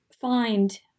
find